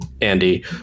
Andy